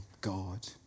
God